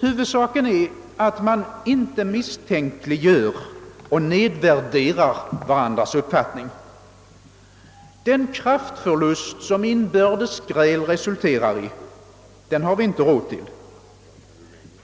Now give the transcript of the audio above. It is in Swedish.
Huvudsaken är att man inte misstänkliggör och nedvärderar varandras uppfattningar. Den kraftförlust som inbördes gräl resulterar i har vi inte råd med.